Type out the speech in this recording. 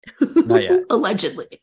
Allegedly